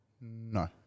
No